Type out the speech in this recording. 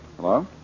Hello